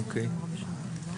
אוקיי.